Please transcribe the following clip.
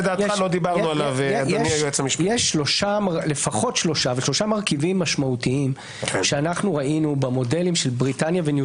יש לפחות שלושה מרכיבים משמעותיים שראינו במודלים של בריטניה וניו